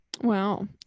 Wow